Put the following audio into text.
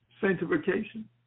sanctification